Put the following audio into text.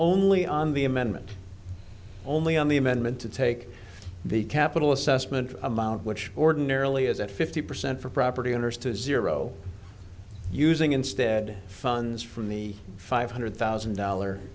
only on the amendment only on the amendment to take the capital assessment amount which ordinarily is at fifty percent for property owners to zero using instead funds from the five hundred thousand dollar